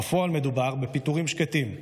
בפועל מדובר בפיטורים שקטים,